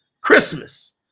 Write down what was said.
Christmas